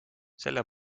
selle